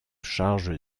charge